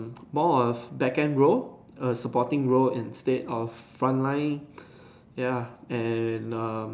more of backend role a supporting role instead of front line ya and um